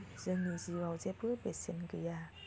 जोंनि जिउआव जेबो बेसेन गैया